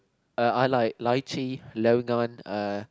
uh I like lychee longan uh